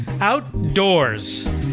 outdoors